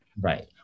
right